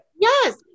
yes